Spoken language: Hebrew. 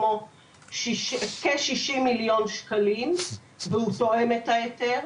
כמו 60,000,000 ₪ והוא תואם את ההיתר.